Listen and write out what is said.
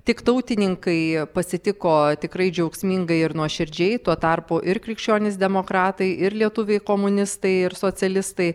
tik tautininkai pasitiko tikrai džiaugsmingai ir nuoširdžiai tuo tarpu ir krikščionys demokratai ir lietuviai komunistai ir socialistai